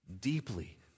Deeply